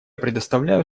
предоставляю